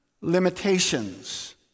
limitations